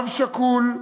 אב שכול,